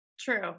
True